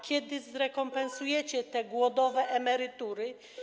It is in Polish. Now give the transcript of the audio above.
Kiedy zrekompensujecie te głodowe emerytury?